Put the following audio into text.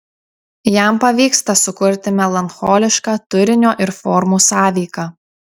jam pavyksta sukurti melancholišką turinio ir formų sąveiką